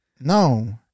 No